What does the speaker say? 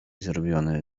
zrobiony